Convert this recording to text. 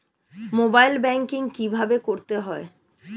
Mobile banking কীভাবে করতে হয়?